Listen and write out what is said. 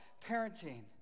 parenting